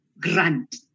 grant